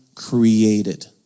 created